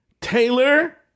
Taylor